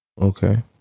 Okay